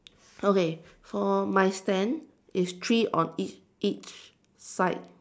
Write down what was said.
okay for my stand is three on each each side